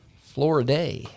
Florida